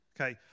Okay